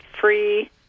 free